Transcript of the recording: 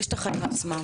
יש לי עשר דקות,